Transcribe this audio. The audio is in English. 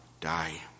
die